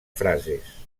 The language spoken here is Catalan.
frases